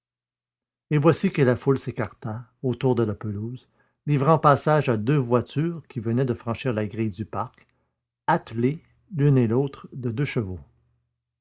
et voici que la foule s'écarta autour de la pelouse livrant passage à deux voitures qui venaient de franchir la grille du parc attelées l'une et l'autre de deux chevaux